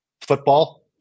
football